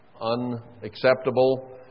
unacceptable